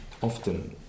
Often